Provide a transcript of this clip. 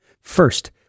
First